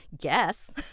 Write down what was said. guess